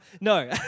No